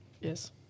Yes